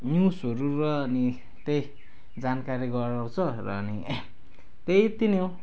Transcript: न्युजहरू र अनि त्यही जानकारी गराउँछ र अनि त्यत्ति नै हो